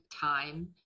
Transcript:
time